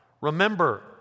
remember